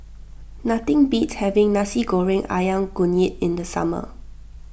nothing beats having Nasi Goreng Ayam Kunyit in the summer